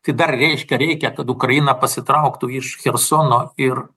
tai dar reiškia reikia kad ukraina pasitrauktų iš chersono ir